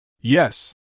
Yes